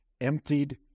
emptied